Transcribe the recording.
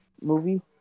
movie